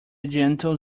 gentle